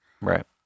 Right